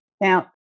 Now